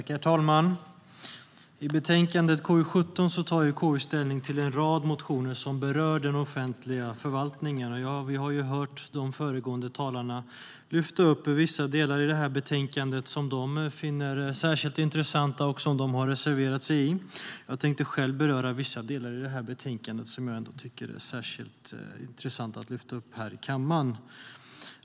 Herr talman! I betänkande KU17 tar KU ställning till en rad motioner som berör den offentliga förvaltningen. Vi har hört de föregående talarna lyfta upp vissa delar i betänkandet som de finner särskilt intressanta och som de har reserverat sig i. Jag tänkte själv beröra vissa delar i betänkandet som jag tycker är särskilt intressanta att lyfta upp här i kammaren.